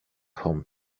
home